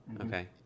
Okay